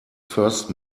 first